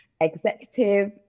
executive